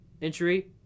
injury